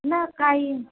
न काई